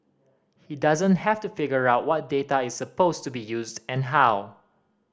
he doesn't have to figure out what data is supposed to be used and how